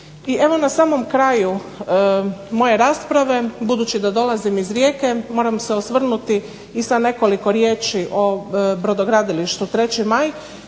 I evo na samom kraju moje rasprave, budući da dolazim iz Rijeke moram se osvrnuti i sa nekoliko riječi o brodogradilištu 3. Maj